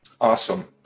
awesome